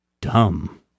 Dumb